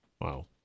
Wow